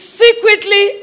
secretly